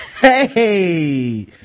Hey